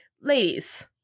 ladies